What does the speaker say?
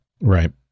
Right